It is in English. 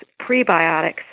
prebiotics